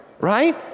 right